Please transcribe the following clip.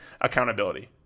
accountability